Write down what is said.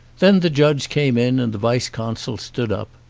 then the judge came in, and the vice-consul stood up.